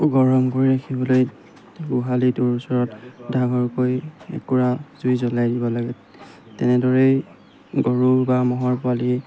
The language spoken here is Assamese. গৰম কৰি ৰাখিবলৈ গোহালিটোৰ ওচৰত ডাঙৰকৈ একোৰা জুই জ্বলাই দিব লাগে তেনেদৰেই গৰু বা ম'হৰ পোৱালি